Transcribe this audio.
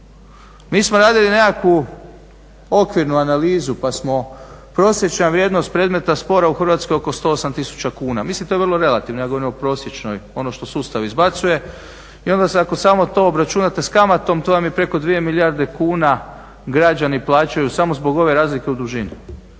Mi smo radili nekakvu okvirnu analizu pa smo prosječna vrijednost predmeta spora u Hrvatskoj je oko 108 tisuća kuna. Mislim to je vrlo relativno, ja govorim o prosječnoj, ono što sustav izbacuje i onda ako samo to obračunate s kamatom to vam je preko 2 milijarde kuna građani plaćaju samo zbog ove razlike u dužini.